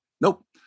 Nope